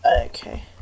Okay